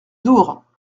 door